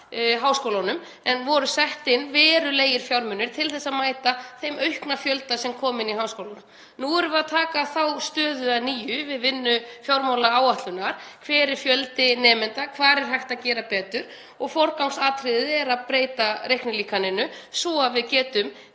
háskólunum en settir voru inn verulegir fjármunir til að mæta þeim aukna fjölda sem kom inn í háskólana. Nú erum við að taka þá stöðu að nýju við vinnu fjármálaáætlunar, hver er fjöldi nemenda, hvar er hægt að gera betur, og forgangsatriðið er að breyta reiknilíkaninu svo að við getum